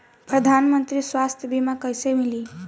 प्रधानमंत्री स्वास्थ्य बीमा कइसे मिली?